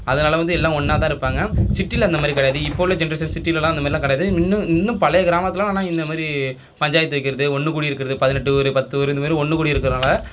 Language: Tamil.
அதனால வந்து எல்லாம் ஒன்றா தான் இருப்பாங்க சிட்டியில அந்த மாதிரி கிடையாது இப்போது உள்ள ஜென்ரேஷன் சிட்டியிலலாம் அந்த மாதிரிலாம் கிடையாது மின்னு இன்னும் பழைய கிராமத்திலெல்லாம் ஆனால் இந்தமாரி பஞ்சாயத்து வைக்கிறது ஒன்று கூடி இருக்கிறது பதினெட்டு ஊர் பத்து ஊர் இந்த மாதிரி ஒன்று கூடி இருக்கிறனால